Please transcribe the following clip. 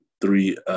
three